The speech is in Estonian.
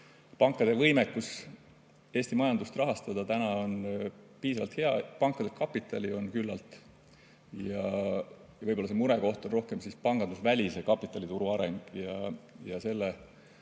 pankade võimekus Eesti majandust rahastada on piisavalt hea, pankadel kapitali on küllalt. Võib-olla on murekoht rohkem pangandusvälise kapitali turu areng, selle